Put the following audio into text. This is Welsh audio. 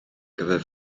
gyfer